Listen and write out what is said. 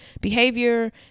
behavior